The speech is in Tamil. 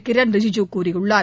கிரண் ரிஜிஜு கூறியுள்ளார்